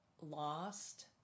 lost